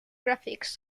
graphics